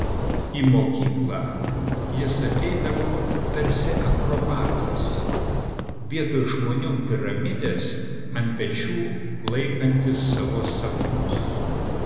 į mokyklą jis ateidavo tarsi akrobatas vietoj žmonių piramidės ant pečių laikantis savo sapnus